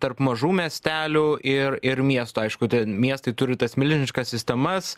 tarp mažų miestelių ir ir miestų aišku ten miestai turi tas miliniškas sistemas